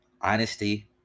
honesty